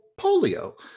polio